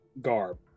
garb